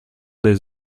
des